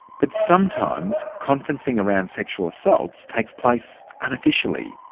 but sometimes conferencing around sexual assaults takes place unofficially.